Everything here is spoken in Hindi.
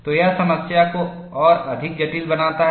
तो यह समस्या को और अधिक जटिल बनाता है